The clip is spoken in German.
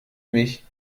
mich